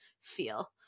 feel